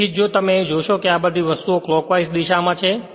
તેથી જ જો તમે અહીં જોશો કે આ બધી વસ્તુઓ ક્લોક્વાઇસદિશામાં છે